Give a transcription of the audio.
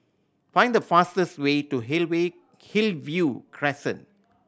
find the fastest way to Hillview Crescent